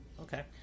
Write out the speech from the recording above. Okay